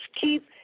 keep